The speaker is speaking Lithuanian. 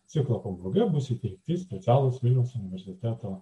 ciklo pabaigoje bus įteikti specialūs vilniaus universiteto